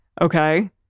Okay